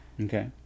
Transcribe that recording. Okay